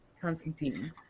Constantine